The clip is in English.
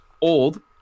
Old